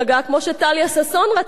כמו שטליה ששון רצתה,